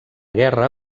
guerra